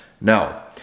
Now